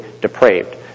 depraved